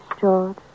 George